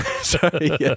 Sorry